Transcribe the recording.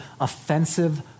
offensive